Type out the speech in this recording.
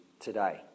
today